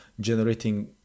generating